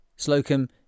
Slocum